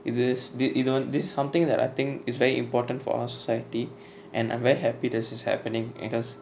இது:ithu is thi~ இதுவந்து:ithuvanthu this is something that is very important for our society and I'm very happy that it's happening because